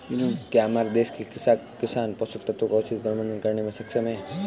क्या हमारे देश के किसान पोषक तत्वों का उचित प्रबंधन करने में सक्षम हैं?